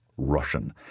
Russian